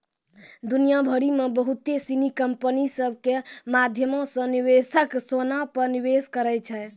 दुनिया भरि मे बहुते सिनी कंपनी सभ के माध्यमो से निवेशक सोना पे निवेश करै छै